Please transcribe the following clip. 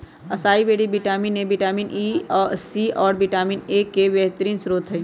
acai berry vitamin A, vitamin C, और vitamin E के बेहतरीन स्त्रोत हई